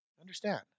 Understand